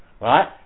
Right